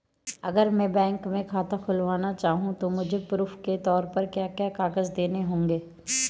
अगर मैं बैंक में खाता खुलाना चाहूं तो मुझे प्रूफ़ के तौर पर क्या क्या कागज़ देने होंगे?